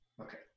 Okay